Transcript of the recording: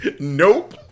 nope